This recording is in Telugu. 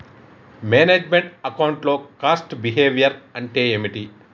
మేనేజ్ మెంట్ అకౌంట్ లో కాస్ట్ బిహేవియర్ అంటే ఏమిటి?